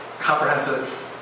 comprehensive